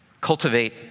Cultivate